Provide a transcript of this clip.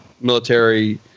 military